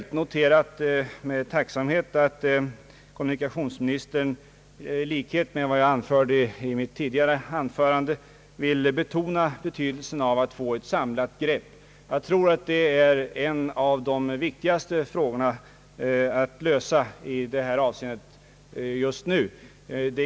Jag no terar med tacksamhet att kommunikationsministern — liksom jag själv gjorde i mitt tidigare anförande — betonar betydelsen av att man får ett samlat grepp. Detta är enligt min uppfattning en av de viktigaste frågorna att lösa just nu.